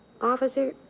Officer